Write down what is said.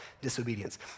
disobedience